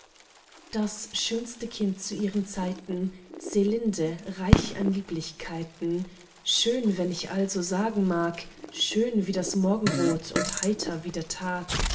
das schönste kind zu ihren zeiten selinde reich an lieblichkeiten schön wenn ich also sagen mag schön wie das morgenrot und heiter wie der tag